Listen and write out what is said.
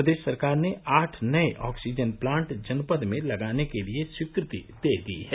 प्रदेश सरकार ने आठ नये ऑक्सीजन प्लांट जनपद में लगाने के लिये स्वीकृति दे दी है